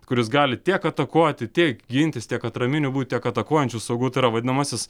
kuris gali tiek atakuoti tiek gintis tiek atraminiu būt tiek atakuojančiu saugu tai yra vadinamasis